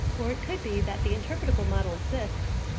or it could be that the interpretable model exists,